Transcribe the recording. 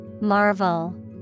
Marvel